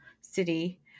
City